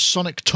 Sonic